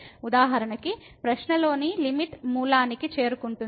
ఉదాహరణకు ప్రశ్నలోని లిమిట్ మూలానికి చేరుకుంటే